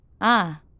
Ah